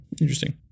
interesting